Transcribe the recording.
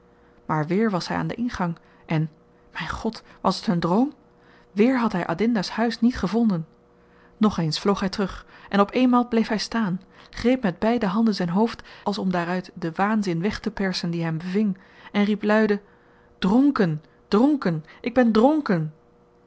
maar weer was hy aan den ingang en myn god was t een droom weer had hy adinda's huis niet gevonden nogeens vloog hy terug en op eenmaal bleef hy staan greep met beide handen zyn hoofd als om daaruit den waanzin wegtepersen die hem beving en riep luide dronken dronken ik ben dronken